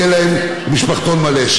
כי יהיה להן משפחתון מלא.